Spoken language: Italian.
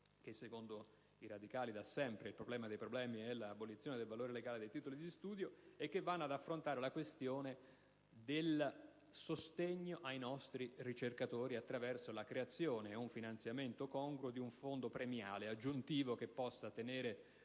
che secondo i radicali da sempre il problema dei problemi è l'abolizione del valore legale dei titoli di studio - affrontando, in particolare, il tema del sostegno ai nostri ricercatori attraverso la creazione ed un finanziamento congruo di un fondo premiale aggiuntivo che possa tenere